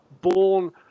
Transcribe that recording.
born